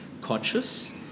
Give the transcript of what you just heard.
conscious